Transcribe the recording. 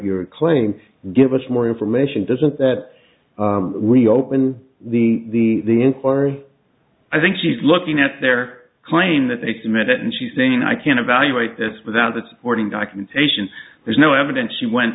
your claim give us more information doesn't that we open the the inquiry i think she's looking at their claim that they meant it and she's saying i can't evaluate this without the supporting documentation there's no evidence she went